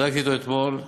בדקתי אתו אתמול.